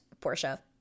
Portia